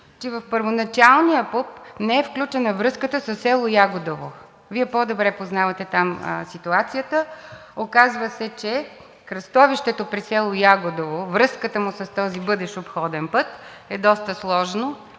че в първоначалния ПУП не е включена връзката със село Ягодово. Вие по-добре познавате там ситуацията. Оказва се, за кръстовището при село Ягодово връзката му с този бъдещ обходен път, е доста сложна,